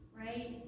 Right